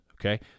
okay